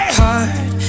heart